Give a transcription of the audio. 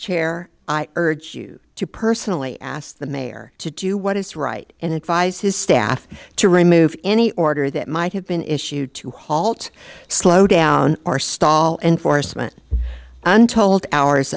chair i urge you to personally asked the mayor to do what is right and advise his staff to remove any order that might have been issued to halt slow down or stall enforcement untold hours